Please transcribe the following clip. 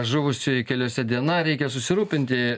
žuvusiųjų keliuose diena reikia susirūpinti